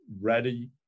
ready